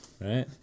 Right